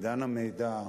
בעידן המידע,